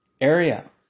area